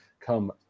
come